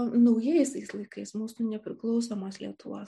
naujaisiais laikais mūsų nepriklausomos lietuvos